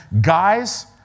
guys